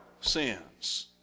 sins